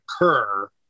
occur